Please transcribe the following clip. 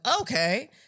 okay